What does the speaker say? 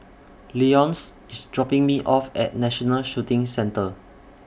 Leonce IS dropping Me off At National Shooting Centre